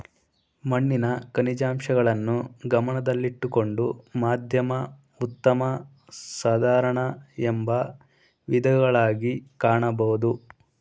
ಮಣ್ಣಿನ ಖನಿಜಾಂಶಗಳನ್ನು ಗಮನದಲ್ಲಿಟ್ಟುಕೊಂಡು ಮಧ್ಯಮ ಉತ್ತಮ ಸಾಧಾರಣ ಎಂಬ ವಿಧಗಳಗಿ ಕಾಣಬೋದು